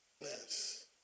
Yes